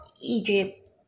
Egypt